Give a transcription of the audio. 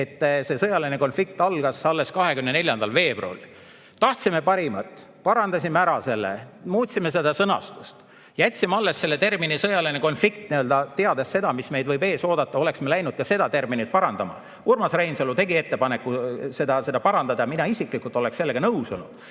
et sõjaline konflikt algas alles 24. veebruaril. Tahtsime parimat, parandasime ära selle, muutsime sõnastust, jätsime alles selle termini "sõjaline konflikt", teades seda, mis meid võib ees oodata, kui me oleksime läinud ka seda terminit parandama. Urmas Reinsalu tegi ettepaneku seda parandada ja mina isiklikult oleksin sellega nõus olnud,